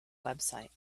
website